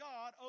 God